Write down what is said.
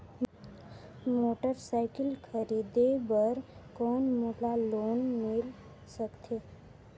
Motorcycle खरीदे बर कौन मोला लोन मिल सकथे?